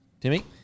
Timmy